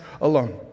alone